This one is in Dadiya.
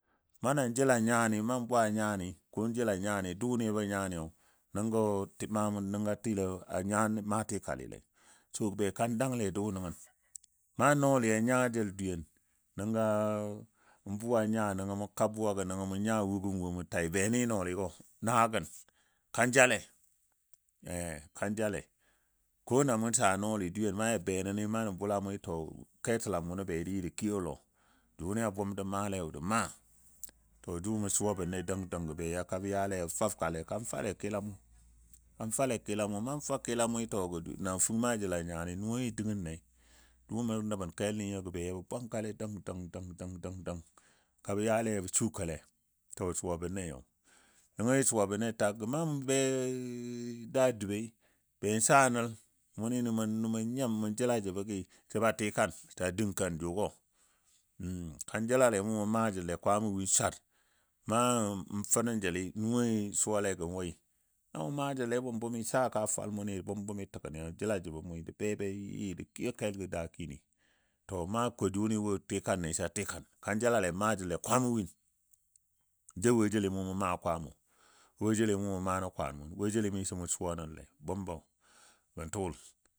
Mana jəl a nyani nan bwa a nyani ko jəl a nyani dʊʊni ba nyani nəngɔ tilo ma tikalile, so bekan dangle dʊʊni nəngən, naa nɔɔli a nya jəl dweyen nəngo n buwa nya nəngɔ mu ka buwagɔ nəngo mu nya wukumi mun tai be ni nɔɔligo na gən kan jale, kan jale ko na mu saa nɔɔli dwiyen na ja be nən na nən bula mʊi to ketəlam muno be jə yɨ jə kiyo jʊni a bʊm ja maale jə maa. To dʊʊmɔ suwan bən dəng dəng gə beka bə yale yabɔ fabkale kan fale kilamɔ, ka fale kilamɔ, nan fa kilamɔi to gə namfəng maa jəl a nyani nuwoni dəngle. Dʊʊmɔ gə nə bən kelni nyo gə be yɔbɔ bwangkale dəng dəng dəng dəng ka bə yale yɔbɔ sukole. To suwan bənle, nəngɔ jə suwan le takgɔ nan be daa dəbəi, be saa nəl nʊni mun nyim mun jəla jəbɔ gəi sə ba tikan sa dəngkan jʊgɔ kan jəlale mo mʊn maa jəle kwamo win swar, nan n fə nən jəli nuwoni suwalegɔ wui. Na mou maa jəle a bʊm bʊmi saa kaa fwalmo kaa fwalmo ni a bʊm bʊmi təgəni, jəla jəbɔ mʊi, jə be bajə yɨ jə kiyo kelgɔ dakini. To na kɔ jʊni wo tikanle sa tikan. Kan jəlale maa jəle kwamo win. Jou wo jəli mɔ mun maa kwamɔ, wo jəli mɔ mʊn maa nən kwan mʊn wo jəli miso mʊn suwa nəle, a bʊmbɔ n tʊl.